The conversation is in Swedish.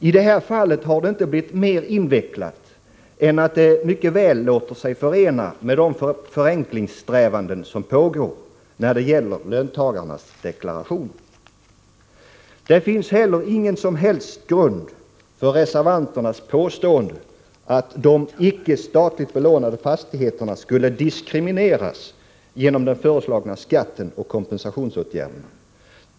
I detta fall har systemet inte blivit mer invecklat än att det mycket väl låter sig förena med de förenklingssträvanden som pågår när det gäller löntagarnas deklarationer. Det finns vidare inte någon som helst grund för reservanternas påstående att de icke statligt belånade fastigheterna skulle diskrimineras genom den föreslagna skatten och genom de föreslagna kompensationsåtgärderna.